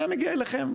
היה מגיע אליכם.